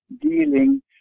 dealing